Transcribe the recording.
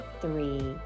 three